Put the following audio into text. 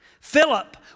Philip